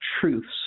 truths